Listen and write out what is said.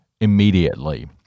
immediately